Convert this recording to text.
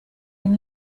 and